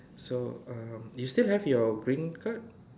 so um you still have your green card